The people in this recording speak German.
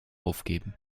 aufgeben